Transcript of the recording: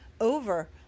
over